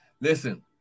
Listen